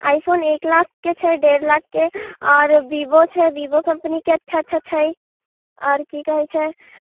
आइ phone एक लाखके छै डेढ़ लाखके आओर बिवो छै बिवो कम्पनीके अच्छा अच्छा छै आओर की कहैत छै